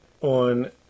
on